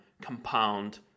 compound